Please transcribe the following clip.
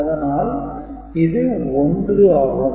அதனால் இது 1 ஆகும்